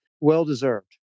well-deserved